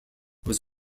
was